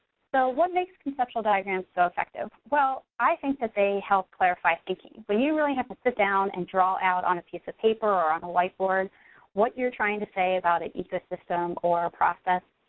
so what makes conceptual diagrams so effective? well, i think that they help clarify thinking. when you really have to sit down and draw out on a piece of paper or on a whiteboard what you're trying to say about a ecosystem or a process,